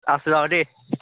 আছোঁ আৰু দেই